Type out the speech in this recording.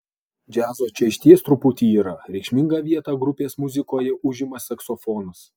džiazo čia išties truputį yra reikšmingą vietą grupės muzikoje užima saksofonas